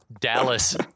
Dallas